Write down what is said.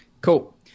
Cool